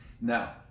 Now